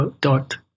dot